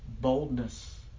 boldness